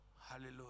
Hallelujah